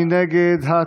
מי נגד?